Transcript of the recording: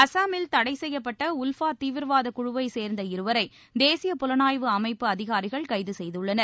அசாமில் தடை செய்யப்பட்ட உல்ஃபா தீவிரவாத குழுவைச் சேர்ந்த இருவரை தேசிய புலனாய்வு அமைப்பு அதிகாரிகள் கைது செய்துள்ளனர்